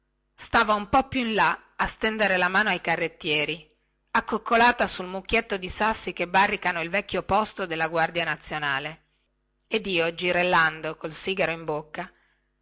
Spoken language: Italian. stava un po più in là a stender la mano ai carrettieri accoccolata sul mucchietto di sassi che barricano il vecchio posto della guardia nazionale ed io girellando col sigaro in bocca